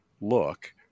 look